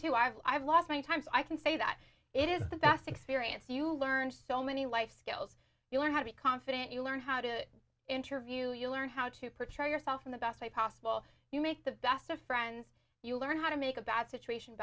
to i've i've lost many times i can say that it is the best experience you learn so many life skills you learn how to be confident you learn how to interview you learn how to portray yourself in the best way possible you make the best of friends you learn how to make a bad situation